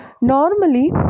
Normally